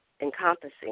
encompassing